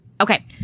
Okay